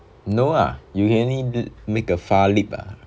no ah you can only make a far leap ah